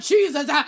Jesus